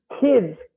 kids